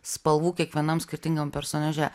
spalvų kiekvienam skirtingam personaže